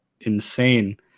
insane